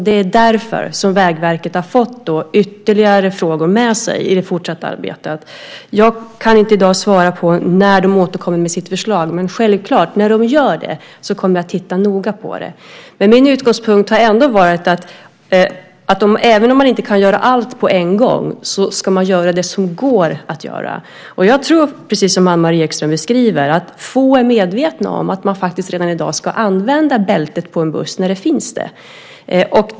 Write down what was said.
Det är därför Vägverket har fått ytterligare frågor med sig i det fortsatta arbetet. Jag kan inte i dag svara på när Vägverket återkommer med sitt förslag, men när man gör det så kommer jag självfallet att titta noga på det. Min utgångspunkt har ändå varit att även om man inte kan göra allt på en gång så ska man göra det som går att göra. Jag tror, precis som Anne-Marie Ekström beskriver, att få är medvetna om att man faktiskt redan i dag ska använda bältet på en buss när det finns där.